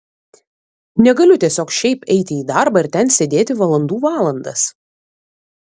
negaliu tiesiog šiaip eiti į darbą ir ten sėdėti valandų valandas